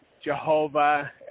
Jehovah